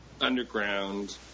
underground